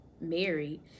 married